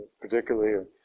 particularly